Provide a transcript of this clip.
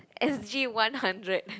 S_G one hundred